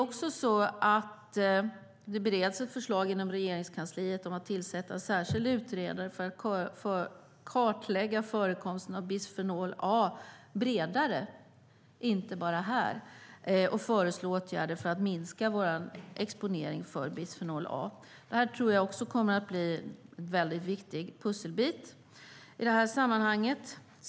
Vidare bereds det inom Regeringskansliet ett förslag om att tillsätta en särskild utredare för att kartlägga förekomsten av bisfenol A bredare, inte bara här, och föreslå åtgärder för att minska vår exponering för bisfenol A. Det tror jag kommer att bli en viktig pusselbit i det här sammanhanget.